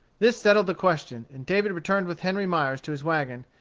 this settled the question, and david returned with henry myers to his wagon,